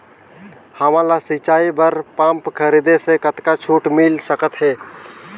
हमन ला सिंचाई बर पंप खरीदे से कतका छूट मिल सकत हे?